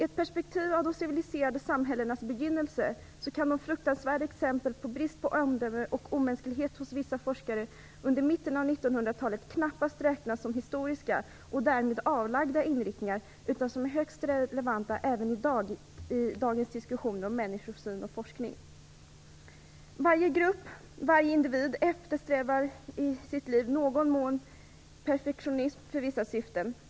I perspektivet av de civiliserade samhällenas begynnelse kan de fruktansvärda exemplen på brist på omdöme och omänsklighet hos vissa forskare under mitten av 1900-talet knappast räknas som historiska och därmed avlagda inriktningar utan som högst relevanta i dagens diskussioner om människosyn och forskning. Varje grupp och varje individ eftersträvar i sitt liv i någon mån perfektionism för vissa syften.